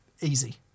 Easy